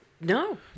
No